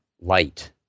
light